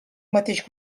mateix